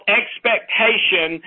expectation